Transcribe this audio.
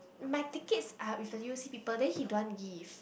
my tickets are with the U_O_C people then he don't want to give